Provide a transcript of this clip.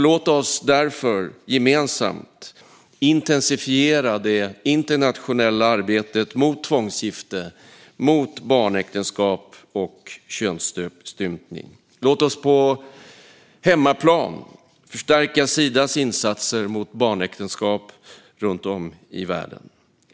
Låt oss därför gemensamt intensifiera det internationella arbetet mot tvångsgifte, barnäktenskap och könsstympning. Låt oss på hemmaplan förstärka Sidas insatser mot barnäktenskap runt om i världen.